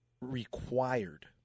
required